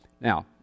Now